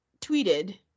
tweeted